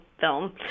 film